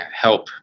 help